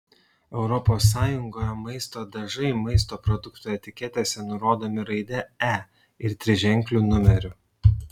europos sąjungoje maisto dažai maisto produktų etiketėse nurodomi raide e ir triženkliu numeriu